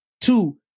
Two